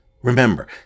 Remember